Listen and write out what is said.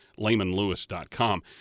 laymanlewis.com